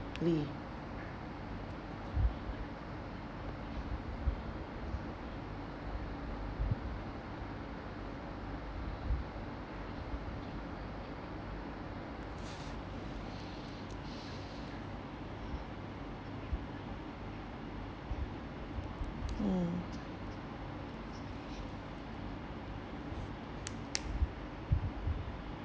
mm